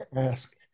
ask